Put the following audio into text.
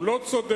הוא לא צודק,